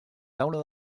taula